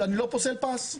אני לא פוסל פס.